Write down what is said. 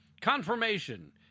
Confirmation